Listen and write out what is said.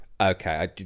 Okay